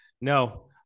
no